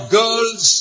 girls